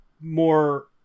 more